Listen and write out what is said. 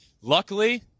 Luckily